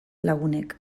lagunek